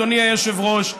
אדוני היושב-ראש,